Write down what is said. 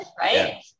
Right